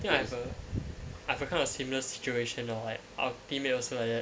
think I have a I have a kind of a similar situation our teammate also like that